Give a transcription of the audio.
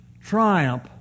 triumph